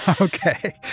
Okay